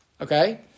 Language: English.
okay